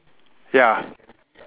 ya